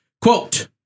quote